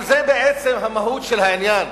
זו בעצם המהות של העניין.